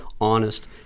honest